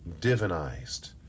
divinized